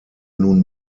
nun